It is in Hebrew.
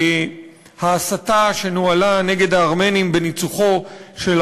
ההסתה שנוהלה נגד הארמנים בניצוחו של